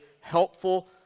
helpful